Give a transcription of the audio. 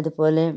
അതുപോലെ